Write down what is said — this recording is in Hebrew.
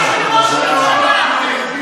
חבר הכנסת אשר, לא זכור לי, יש לי ראש מפלגה אחר.